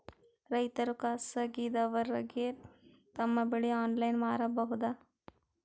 ರೈತರು ಖಾಸಗಿದವರಗೆ ತಮ್ಮ ಬೆಳಿ ಆನ್ಲೈನ್ ಮಾರಬಹುದು?